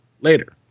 later